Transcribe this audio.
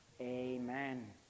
Amen